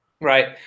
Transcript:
Right